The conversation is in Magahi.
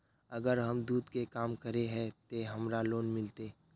अगर हम दूध के काम करे है ते हमरा लोन मिलते?